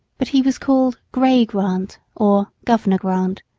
but he was called gray grant, or governor grant.